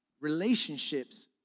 Relationships